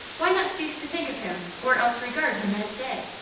why not cease to think of him, or else regard him as dead?